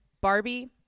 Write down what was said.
Barbie